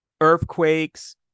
earthquakes